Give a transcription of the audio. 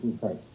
Price